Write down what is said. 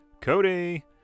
Cody